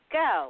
go